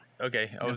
Okay